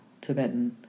Tibetan